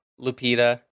Lupita